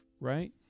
right